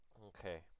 Okay